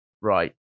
Right